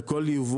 על כל ייבוא,